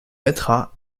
mettra